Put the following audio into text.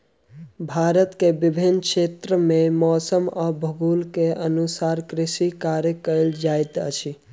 भारत के विभिन्न क्षेत्र में मौसम आ भूगोल के अनुकूल कृषि कार्य कयल जाइत अछि